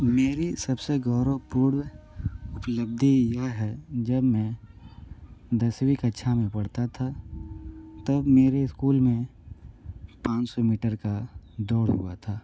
मेरी सबसे गौरवपूर्ण उपलब्धि यह है जब मैं दशवीं कक्षा मे पढ़ता था तब मेरे स्कूल में पाँच सौ मीटर का दौड़ हुआ था